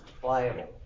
Pliable